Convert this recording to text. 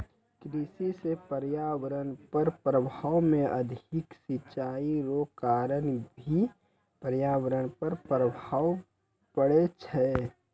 कृषि से पर्यावरण पर प्रभाव मे अधिक सिचाई रो कारण भी पर्यावरण पर प्रभाव पड़ै छै